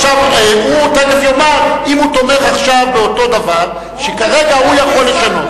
עכשיו הוא תיכף יאמר אם הוא תומך עכשיו באותו דבר שכרגע הוא יכול לשנות,